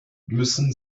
müssen